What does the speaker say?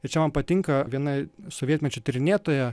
ir čia man patinka viena sovietmečio tyrinėtoja